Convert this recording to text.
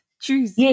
Choose